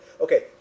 Okay